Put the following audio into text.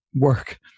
work